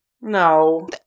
No